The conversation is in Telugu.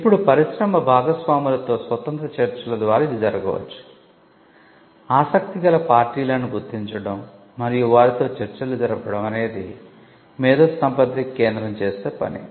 ఇప్పుడు పరిశ్రమ భాగస్వాములతో స్వతంత్ర చర్చల ద్వారా ఇది జరగవచ్చు ఆసక్తిగల పార్టీలను గుర్తించడం మరియు వారితో చర్చలు జరపడం అనేది మేధోసంపత్తి కేంద్రం చేసే పని